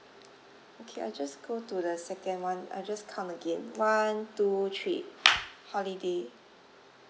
okay I'll just go to the second one I'll just count again one two three holiday